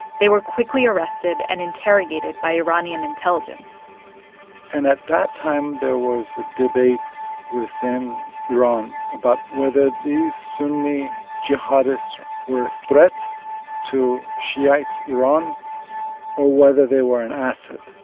they were quickly arrested and interrogated by iranian intelligence and at that time, there was a debate within iran about whether these sunni jihadists were a threat to shiite iran or whether they were an asset.